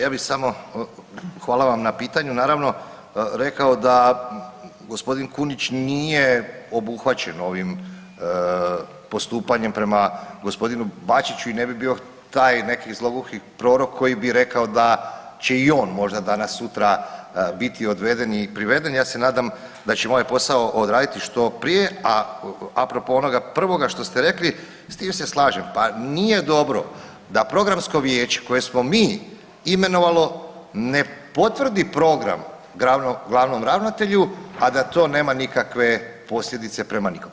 Ja bih samo, hvala vam na pitanju, naravno, rekao da, g. Kunić nije obuhvaćen ovim postupanjem prema g. Bačiću i ne bi bio taj neki zloguki prorok koji bi rekao da će i on, danas možda danas-sutra biti odveden i priveden, ja se nadam da ćemo ovaj posao odraditi što prije, a propo onoga prvoga što ste rekli, s tim se slažem, pa nije dobro da Programsko vijeće koje smo mi imenovalo, ne potvrdi program glavnom ravnatelju, a da to nema nikakve posljedice prema nikom.